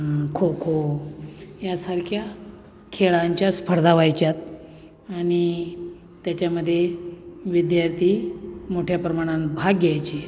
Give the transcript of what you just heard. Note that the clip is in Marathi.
खो खो यासारख्या खेळांच्या स्पर्धा व्हायच्यात आणि त्याच्यामध्ये विद्यार्थी मोठ्या प्रमाणात भाग घ्यायचे